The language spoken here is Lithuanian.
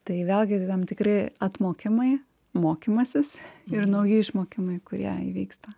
tai vėlgi tai tam tikri atmokimai mokymasis ir nauji išmokimai kurie įvyksta